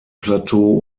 plateau